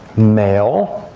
male,